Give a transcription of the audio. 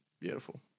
Beautiful